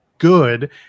good